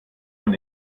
von